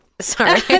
sorry